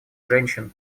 женщин